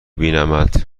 بینمت